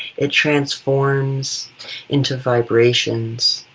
it transforms into vibrations,